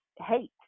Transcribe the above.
hate